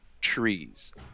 trees